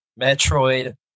metroid